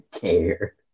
care